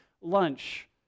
lunch